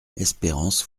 espérance